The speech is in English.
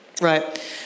Right